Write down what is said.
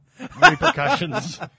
repercussions